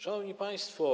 Szanowni Państwo!